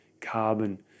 carbon